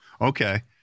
okay